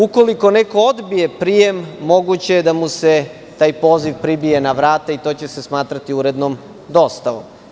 Ukoliko neko odbije prijem, moguće je da mu se taj poziv pribije na vrata i to će se smatrati urednom dostavom.